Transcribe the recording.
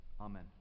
Amen